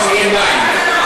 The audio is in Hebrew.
רק שיהיו מים.